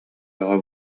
бөҕө